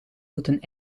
moeten